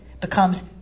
becomes